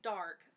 dark